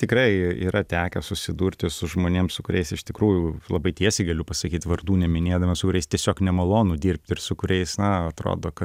tikrai yra tekę susidurti su žmonėm su kuriais iš tikrųjų labai tiesiai galiu pasakyt vardų neminėdamas su kuriais tiesiog nemalonu dirbt ir su kuriais na atrodo kad